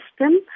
system